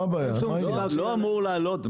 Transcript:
הוא לא אמור לעלות,